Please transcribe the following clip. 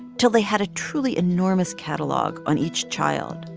till they had a truly enormous catalog on each child.